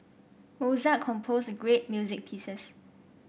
Mozart composed great music pieces